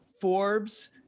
Forbes